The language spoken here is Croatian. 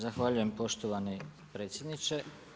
Zahvaljujem poštovani predsjedniče.